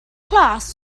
class